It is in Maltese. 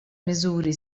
miżuri